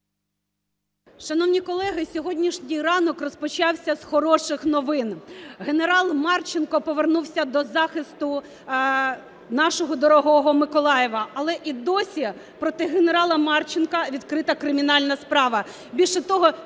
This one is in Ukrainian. Шановні колеги, сьогоднішній ранок розпочався з хороших новин. Генерал Марченко повернувся до захисту нашого дорогого Миколаєва, але і досі проти генерала Марченка відкрита кримінальна справа.